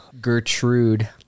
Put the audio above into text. Gertrude